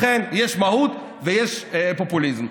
לכן יש מהות ויש פופוליזם.